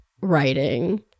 writing